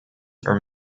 are